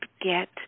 get